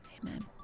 amen